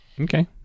Okay